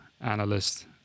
analyst